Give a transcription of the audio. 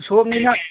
ꯎꯁꯣꯞꯅꯤꯅ